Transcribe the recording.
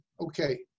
okay